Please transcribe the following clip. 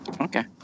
Okay